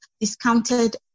discounted